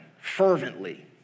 fervently